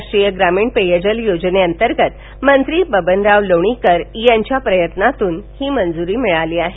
राष्ट्रीय ग्रामीण पेयजल योजनेंतर्गत मंत्री बबनराव लोणीकर यांच्या प्रयत्नातून ही मंजूरी मिळाली आहे